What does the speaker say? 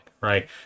Right